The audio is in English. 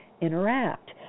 interact